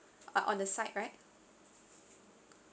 uh on the side right